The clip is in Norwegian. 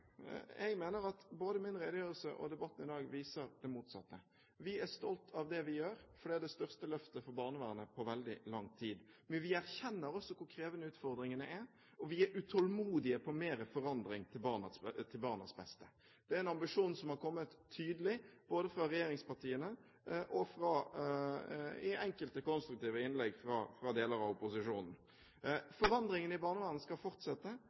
Jeg mener at både min redegjørelse og debatten i dag viser det motsatte. Vi er stolte av det vi gjør, fordi det er det største løftet for barnevernet på veldig lang tid, men vi erkjenner også hvor krevende utfordringene er, og vi er utålmodige etter mer forandring til barnas beste. Det er en ambisjon som er kommet tydelig fram, både fra regjeringspartiene og i enkelte konstruktive innlegg fra deler av opposisjonen. Forandringen i barnevernet skal fortsette,